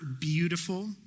beautiful